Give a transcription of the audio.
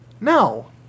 No